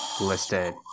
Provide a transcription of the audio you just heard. listed